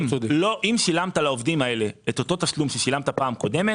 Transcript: אם שילמת לעובדים האלה את אותו תשלום ששילמת בפעם הקודמת